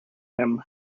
him